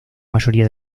mayoría